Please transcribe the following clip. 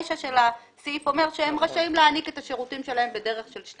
מי בעד אישור סעיף 45 כפי שעלה בדיון בוועדה?